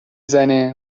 زنه